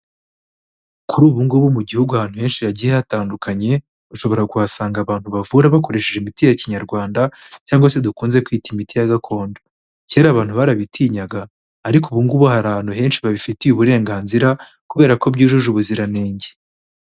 Kuri ubu ngubu mu gihugu ahantu henshi hagiye hatandukanye, ushobora kuhasanga abantu bavura bakoresheje imiti ya kinyarwanda, cyangwa se dukunze kwita imiti ya gakondo. Kera abantu barabitinyaga, ariko ubu ngubu hari ahantu henshi babifitiye uburenganzira kubera ko byujuje ubuziranenge.